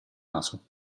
naso